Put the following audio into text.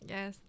Yes